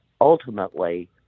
ultimately